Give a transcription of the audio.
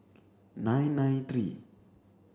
nine nine three